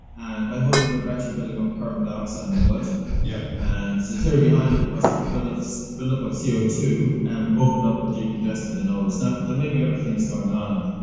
and by holding your breath you're building up carbon dioxide in the blood yep and the theory behind it was that the buildup buildup of c o two um opened up, or decongested, the nose. now there might be other things going on.